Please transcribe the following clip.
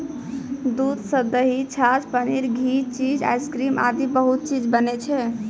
दूध सॅ दही, छाछ, पनीर, घी, चीज, आइसक्रीम आदि बहुत चीज बनै छै